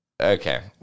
okay